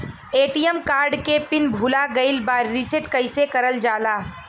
ATM card के pin भूला गइल बा रीसेट कईसे करल जाला?